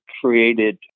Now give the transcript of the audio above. created